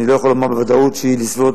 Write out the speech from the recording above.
אני לא יכול לומר בוודאות שהיא לשביעות